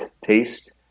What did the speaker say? taste